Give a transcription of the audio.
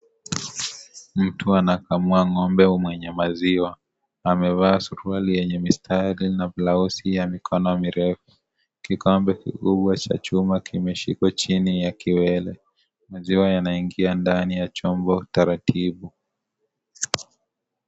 Mtu anakamua ngombe mwenye maziwa na amevaa suruali yenye mistari na blausi ya mikono mirefu. Kikombe kikubwa cha chuma kimeshikwa chini ya kiwele ,maziwa yanaingia ndani ya chombo kitaratubu.